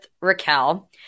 Raquel